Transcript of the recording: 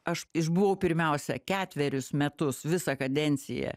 aš išbuvau pirmiausia ketverius metus visą kadenciją